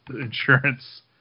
Insurance